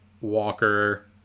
Walker